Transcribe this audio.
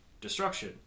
destruction